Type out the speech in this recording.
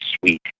sweet